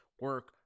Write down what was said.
Work